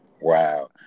Wow